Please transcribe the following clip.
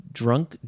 drunk